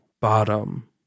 bottom